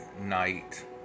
Night